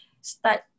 start